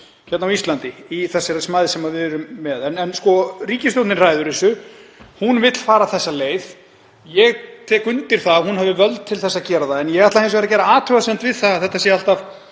níu á Íslandi, í þeirri smæð sem við erum með. En ríkisstjórnin ræður þessu. Hún vill fara þessa leið. Ég tek undir það að hún hafi völd til að gera það en ég ætla hins vegar að gera athugasemd við að þetta sé alltaf